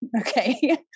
okay